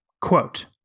quote